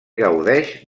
gaudeix